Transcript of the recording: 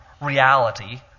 reality